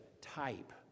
type